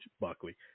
buckley